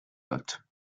notes